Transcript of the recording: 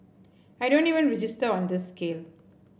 I don't even register on this scale